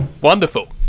Wonderful